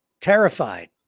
terrified